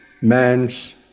man's